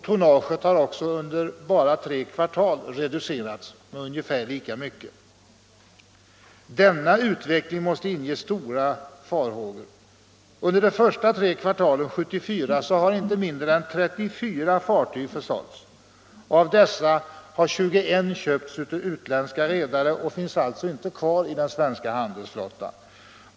Tonnaget har också under bara tre kvartal reducerats med ungefär lika mycket. Denna utveckling måste inge stora farhågor. Under de första kvartalen 1974 har inte mindre än 34 fartyg försålts. Av dessa har 21 köpts av utländska redare. De finns alltså inte kvar i den svenska handelsflottan.